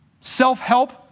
Self-help